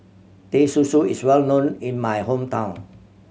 Teh Susu is well known in my hometown